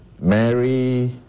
Mary